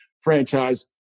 franchise